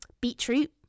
beetroot